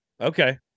okay